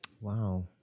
Wow